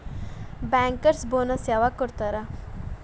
Bankers bonus ಯವಾಗ್ ಕೊಡ್ತಾರ?